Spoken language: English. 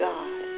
God